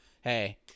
hey